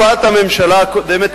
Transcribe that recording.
בתקופת הממשלה הקודמת,